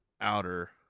outer